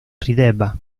rideva